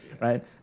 right